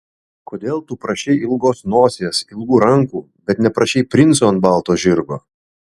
kodėl tu prašei ilgos nosies ilgų rankų bet neprašei princo ant balto žirgo